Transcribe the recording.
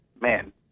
man